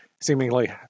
seemingly